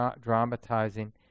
dramatizing